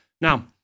Now